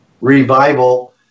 revival